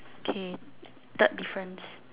okay third difference